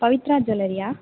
Pavithra ஜுவெல்லரியா